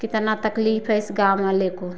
कितना तकलीफ़ है इस गाँव वाले को